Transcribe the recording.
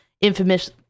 infamous